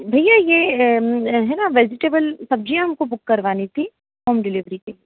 भैया यह है ना वेजीटेबल सब्ज़ियाँ हमको बुक करवानी थी होम डिलीवरी से